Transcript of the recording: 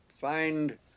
Find